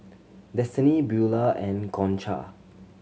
Destini Beaulah and Concha